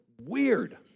weird